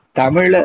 tamil